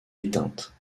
éteinte